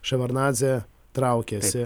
ševarnadzė traukėsi